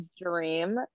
dream